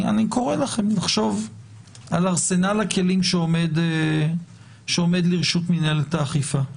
אני קורא לכם לחשוב על ארסנל הכלים שעומד לרשות מנהלת האכיפה.